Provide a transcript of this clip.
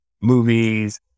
movies